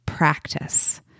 practice